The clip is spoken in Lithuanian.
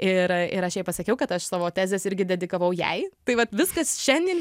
ir ir aš jai pasakiau kad aš savo tezes irgi dedikavau jai tai vat viskas šiandien